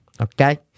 Okay